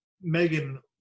Megan